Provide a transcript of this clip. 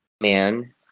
man